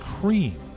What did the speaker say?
Cream